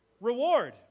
Reward